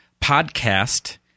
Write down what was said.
podcast